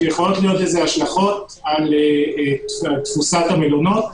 שיכולות להיות לזה השלכות על תפוסת המלונות,